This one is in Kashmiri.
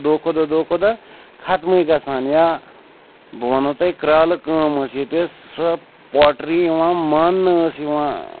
دۄہ کھۄ دۄہ دۄہ کھۄ دۄہ خَتمٕے گژھان یا بہٕ وَنو تۄہہِ کرٛالہٕ کٲم ٲس ییٚتہِ ٲس سۄ پوٹرٛی یِوان ماننہٕ ٲس یِوان